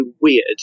weird